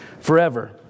forever